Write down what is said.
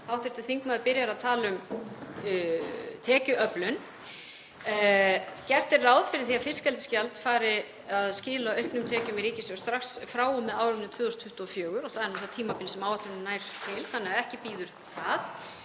því að hv. þingmaður byrjaði á að tala um tekjuöflun, að gert er ráð fyrir því að fiskeldisgjald fari að skila auknum tekjum í ríkissjóð strax frá og með árinu 2024 og það er nú tímabil sem áætlunin nær til þannig að ekki bíður það.